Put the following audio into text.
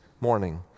morning